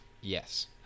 Yes